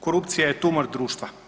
Korupcija je tumor društva.